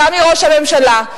גם מראש הממשלה,